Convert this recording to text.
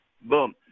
boom